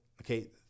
Okay